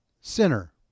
sinner